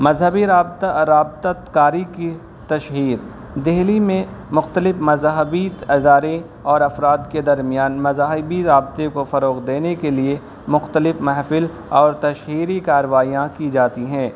مذہبی رابطہ رابطہ کاری کی تشہیر دلی میں مختلف مذاہبی ادارے اور افراد کے درمیان مذاہبی رابطے کو فروغ دینے کے لیے مختلف محفل اور تشہیری کاروائیاں کی جاتی ہیں